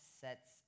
sets